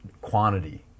quantity